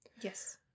Yes